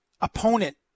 opponent